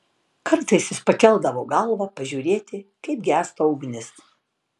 kartais jis pakeldavo galvą pažiūrėti kaip gęsta ugnis